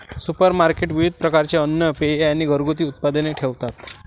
supermarket विविध प्रकारचे अन्न, पेये आणि घरगुती उत्पादने ठेवतात